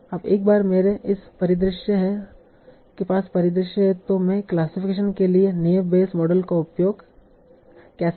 अब एक बार मेरे पास परिदृश्य है तो मैं क्लासिफिकेशन के लिए नैव बेयस मॉडल का उपयोग कैसे करूं